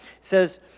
says